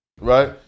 Right